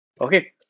Okay